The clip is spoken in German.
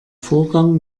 vorgang